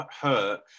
hurt